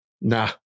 Nah